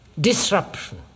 disruption